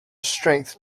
strength